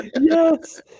Yes